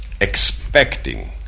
expecting